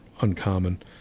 uncommon